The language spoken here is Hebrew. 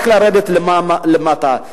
ורק תיתן להם לרדת למטה למטה,